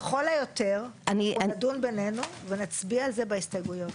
לכל היותר נדון בינינו ונצביע על זה בהסתייגויות.